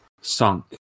sunk